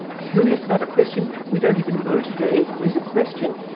curious about a question we don't even know today is a question?